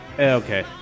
Okay